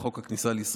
47. חוק הכניסה לישראל,